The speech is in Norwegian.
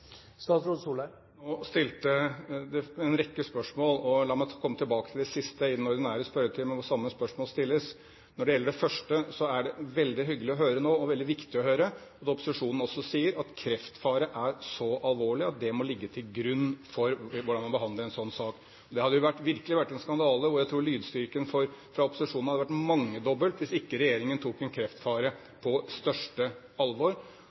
Nå stilte representanten en rekke spørsmål. La meg komme tilbake til det siste i den ordinære spørretimen, hvor samme spørsmål stilles. Når det gjelder det første, er det veldig hyggelig og veldig viktig å høre at opposisjonen også sier at kreftfare er så alvorlig at det må ligge til grunn for hvordan man behandler en slik sak. Det hadde virkelig vært en skandale – og jeg tror lydstyrken fra opposisjonen hadde vært mangedoblet – hvis ikke regjeringen tok en kreftfare på største alvor.